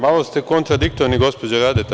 Malo ste kontradiktorni gospođo Radeta.